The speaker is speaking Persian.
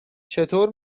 چطور